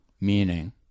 meaning